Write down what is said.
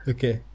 Okay